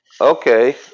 Okay